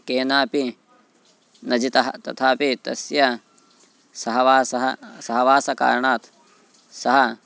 केनापि न जितः तथापि तस्य सहवासः सहवासकारणात् सः